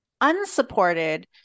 unsupported